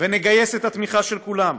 ונגייס את התמיכה של כולם.